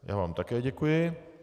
Já vám také děkuji.